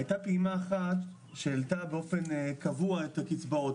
הייתה פעימה אחת שהעלתה באופן קבוע את הקצבאות,